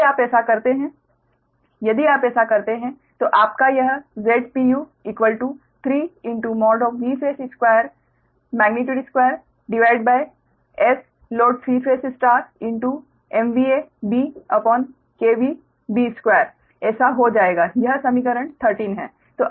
यदि आप ऐसा करते हैं यदि आप ऐसा करते हैं तो आपका यह Zpu3Vphase2magnitude squareSload3ϕMVABB2 ऐसा हो जाएगा यह समीकरण 13 है